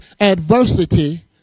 adversity